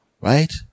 right